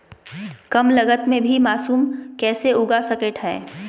कम लगत मे भी मासूम कैसे उगा स्केट है?